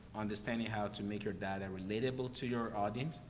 understanding how to make your data and relatable to your audience,